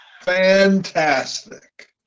fantastic